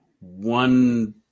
one